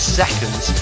seconds